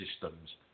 systems